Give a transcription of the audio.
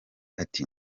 ati